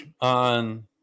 on